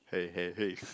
hey hey hey